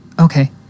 Okay